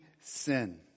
sin